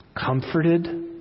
comforted